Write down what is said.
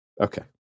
okay